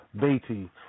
Beatty